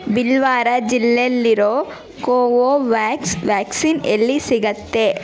ಬಿಲ್ವಾರ ಜಿಲ್ಲೆಯಲ್ಲಿರೋ Covovax vaccine ಎಲ್ಲಿ ಸಿಗುತ್ತೆ